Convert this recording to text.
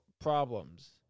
problems